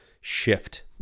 shift